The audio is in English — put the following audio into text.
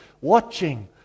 watching